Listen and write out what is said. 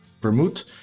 Vermouth